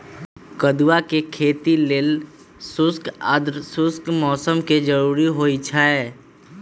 कदुआ के खेती लेल शुष्क आद्रशुष्क मौसम कें जरूरी होइ छै